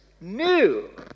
new